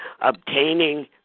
obtaining